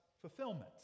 fulfillment